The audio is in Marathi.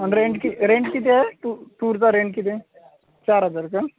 आणि रेंट कि रेंट किती आहे टू टूरचा रेंट किती आहे चार हजार का